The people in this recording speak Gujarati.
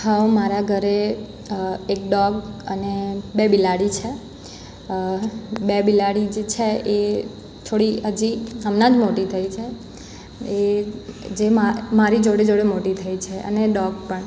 હા મારા ઘરે એક ડોગ અને બે બિલાડી છે બે બિલાડી જે છે એ થોડી હજી હમણાં જ મોટી થઈ છે એ જેમાં મારી જોડે જોડે મોટી થઈ છે અને એ ડોગ પણ